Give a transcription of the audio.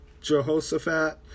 Jehoshaphat